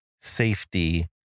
safety